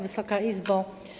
Wysoka Izbo!